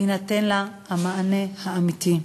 יינתן לה המענה האמיתי.